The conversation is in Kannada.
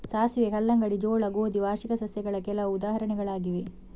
ಸಾಸಿವೆ, ಕಲ್ಲಂಗಡಿ, ಜೋಳ, ಗೋಧಿ ವಾರ್ಷಿಕ ಸಸ್ಯಗಳ ಕೆಲವು ಉದಾಹರಣೆಗಳಾಗಿವೆ